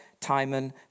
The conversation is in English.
Timon